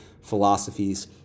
philosophies